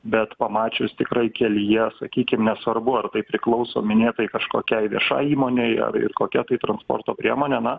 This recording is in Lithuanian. bet pamačius tikrai kelyje sakykim nesvarbu ar tai priklauso minėtai kažkokiai viešajai įmonei ir kokia tai transporto priemonė na